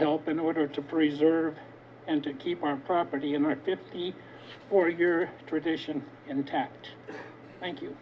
help in order to preserve and to keep our property and our fifty four year tradition intact thank